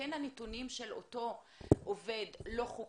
הנתונים של אותו עובד לא חוקי,